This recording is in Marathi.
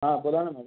हां बोला ना मॅडम